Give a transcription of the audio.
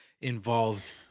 involved